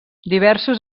diversos